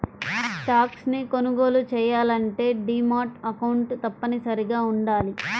stocks ని కొనుగోలు చెయ్యాలంటే డీమాట్ అకౌంట్ తప్పనిసరిగా వుండాలి